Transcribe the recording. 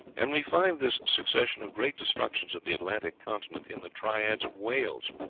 and we find this succession of great destructions of the atlantic continent in the triads of wales,